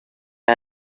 our